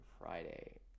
Friday